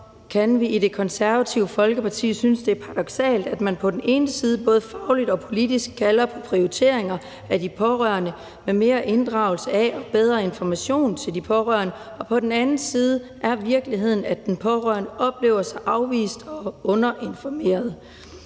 kan vi i Det Konservative Folkeparti synes, at det er paradoksalt, at man på den ene side både fagligt og politisk kalder på prioriteringer af de pårørende med mere inddragelse af og bedre information til de pårørende, og på den anden side er virkeligheden, at de pårørende oplever sig afvist og underinformeret.